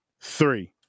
three